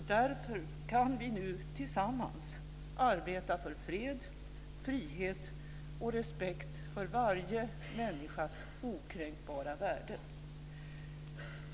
Därför kan vi nu tillsammans arbeta för fred, frihet och respekt för varje människas okränkbara värde.